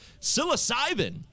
psilocybin